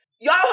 Y'all